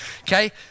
Okay